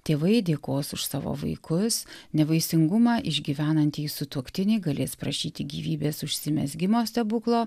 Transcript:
tėvai dėkos už savo vaikus nevaisingumą išgyvenantys sutuoktiniai galės prašyti gyvybės užsimezgimo stebuklo